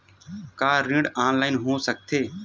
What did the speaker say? का ऋण ऑनलाइन हो सकत हे?